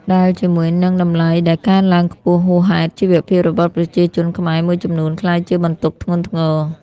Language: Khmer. ដែលជាមួយនឹងតម្លៃដែលកើនឡើងខ្ពស់ហួសហេតុ ជីវភាពរបស់ប្រជាជនខ្មែរមួយចំនួនក្លាយជាបន្ទុកធ្ងន់ធ្ងរ។